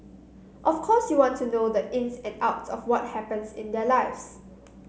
of course you want to know the ins and outs of what happens in their lives